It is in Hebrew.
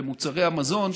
למוצרי המזון,